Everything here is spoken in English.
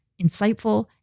insightful